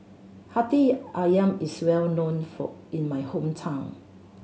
Hati Ayam is well known in my hometown